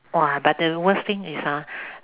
!wah! but the worst thing is ah